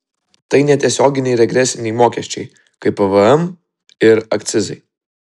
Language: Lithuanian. tai netiesioginiai regresiniai mokesčiai kaip pvm ir akcizai